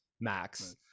max